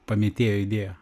pamėtėjo idėją